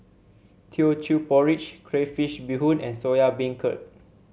Teochew Porridge Crayfish Beehoon and Soya Beancurd